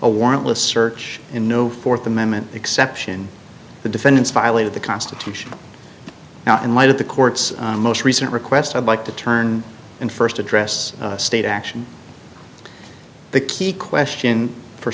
a warrantless search in no fourth amendment exception the defendants violated the constitution now in light of the court's most recent request i'd like to turn and first address state action the key question for